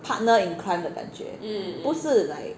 partner in crime 的感觉不是 like